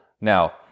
Now